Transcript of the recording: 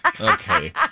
okay